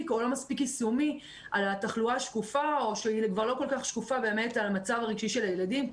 על תחלואה שקופה שזה המצב הרגשי של הילדים.